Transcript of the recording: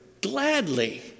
gladly